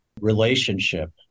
relationship